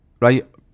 Right